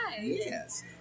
Yes